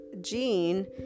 gene